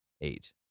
eight